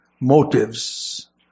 motives